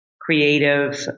creative